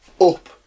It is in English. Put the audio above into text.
up